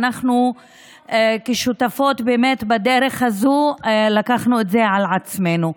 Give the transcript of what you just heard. אנחנו כשותפות בדרך הזו לקחנו את זה על עצמנו.